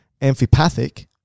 amphipathic